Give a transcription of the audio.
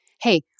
hey